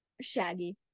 Shaggy